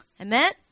Amen